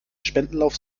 spendenlauf